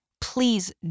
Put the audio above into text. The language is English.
please